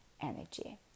energy